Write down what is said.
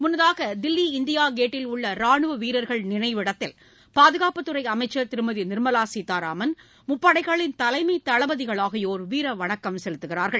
முன்னதாக தில்லி இந்தியா கேட்டில் உள்ள ராணுவ வீரர்கள் நினைவிடத்தில் பாதுகாப்புத் துறை அமைச்சர் திருமதி நிர்மலா சீதாராமன் முப்படைகளின் தலைமைத் தளபதிகள் ஆகியோர் வீரவணக்கம் செலுத்துகிறார்கள்